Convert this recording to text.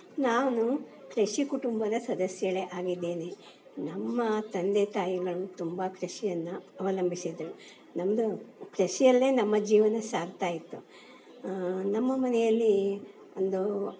ನಾನು ಕೃಷಿ ಕುಟುಂಬದ ಸದಸ್ಯಳೇ ಆಗಿದ್ದೇನೆ ನಮ್ಮ ತಂದೆ ತಾಯಿಗಳು ತುಂಬ ಕೃಷಿಯನ್ನು ಅಲಂಭಿಸಿದ್ದರು ನಮ್ಮದು ಕೃಷಿಯಲ್ಲೇ ನಮ್ಮ ಜೀವನ ಸಾಗ್ತಾಯಿತ್ತು ನಮ್ಮ ಮನೆಯಲ್ಲಿ ಒಂದು